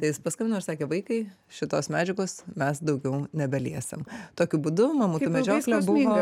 tai jis paskambino ir sakė vaikai šitos medžiagos mes daugiau nebeliesim tokiu būdu mamutų medžioklė buvo